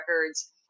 records